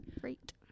Great